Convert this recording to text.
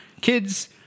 kids